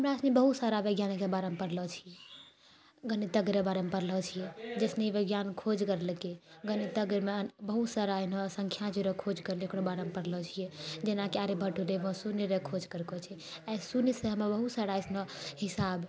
हमरासुनी बहुत सारा वैज्ञानिकके बारेमे पढ़लौ छी गणितज्ञर बारेमे पढ़लए छी जे सुनी विज्ञान खोज करलकै गणितज्ञमे बहुत सारा एहनो सङ्ख्या जीरो खोज करलैत ओकरो बारेमे पढ़लए छियै जेनाकि आर्यभट्ट होलय ओ शून्यर खोज करको छै आइ शून्यसँ हमरा बहुत सारा अइसनो हिसाब